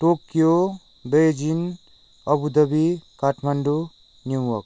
Tokyo Beijing Abu Dhabi Kathmandu New York